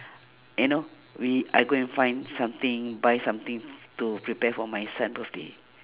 you know we I go and find something buy something to prepare for my son birthday